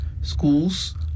schools